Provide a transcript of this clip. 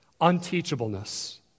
unteachableness